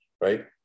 right